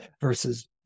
versus